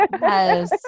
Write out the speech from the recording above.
yes